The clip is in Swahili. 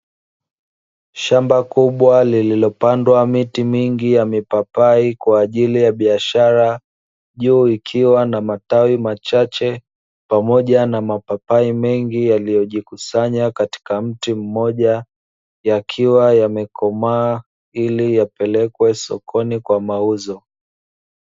Shamba kubwa lililopandwa miti mingi yamipapai kwa ajili ya biashara, juu ikiwa na matawi machache pamoja na mapapai mengi yaliyojikusanya katika mti mmoja, yakiwa yamekomaa ili yapelekwe sokoni kwa mauzo.